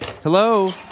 Hello